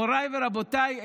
מוריי ורבותיי,